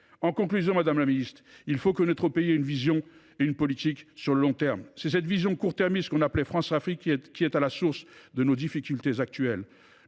En conclusion, madame la ministre, il faut que notre pays ait une vision et une politique sur le long terme. C’est la vision court termiste que l’on appelait Françafrique qui est la source de nos difficultés actuelles.